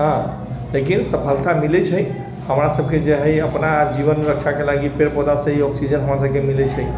हँ लेकिन सफलता मिलै छै हमरा सभके जे हय अपना जीवन रक्षाके लागि पेड़ पौधासँ ही ऑक्सिजन हमरा सभके मिलै छै